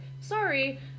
sorry